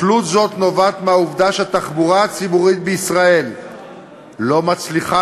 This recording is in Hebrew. תלות זו נובעת מהעובדה שהתחבורה הציבורית בישראל לא מצליחה